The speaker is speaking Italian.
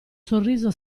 sorriso